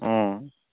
অ